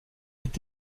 est